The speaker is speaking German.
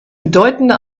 bedeutende